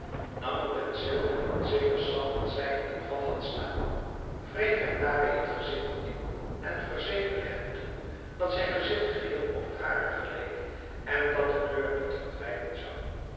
nam een penseel en een zeker sap dat zij in een vat had staan wreef hem daarmee het gezicht in en verzekerde hem toen dat zijn gezicht geheel op het hare geleek en dat de kleur niet verdwijnen zou